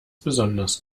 besonders